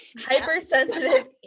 Hypersensitive